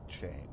change